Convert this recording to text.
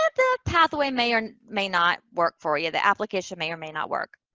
the pathway may or may not work for you. the application may or may not work.